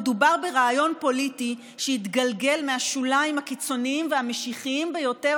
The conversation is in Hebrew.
מדובר ברעיון פוליטי שהתגלגל מהשוליים הקיצוניים והמשיחיים ביותר